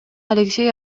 алексей